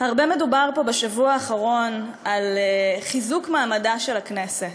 הרבה מדובר פה בשבוע האחרון על חיזוק מעמדה של הכנסת.